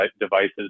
devices